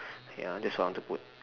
ya that's all I want to put